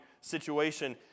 situation